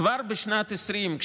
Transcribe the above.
כבר בשנת 2020,